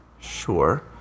Sure